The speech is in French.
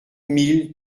mille